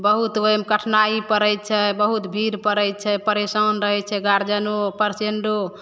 बहुत ओहिमे कठिनाइ पड़ै छै बहुत भीड़ पड़ै छै परेशान रहै छै गार्जिअनो पेशेन्टो